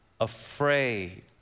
afraid